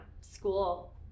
school